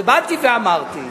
ובאתי ואמרתי: